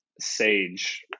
sage